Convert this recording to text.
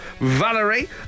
Valerie